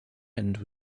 end